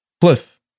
Cliff